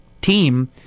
team